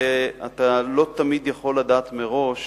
ואתה לא תמיד יכול לדעת מראש